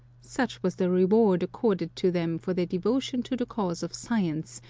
such was the reward accorded to them for their devotion to the cause of science,